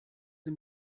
sie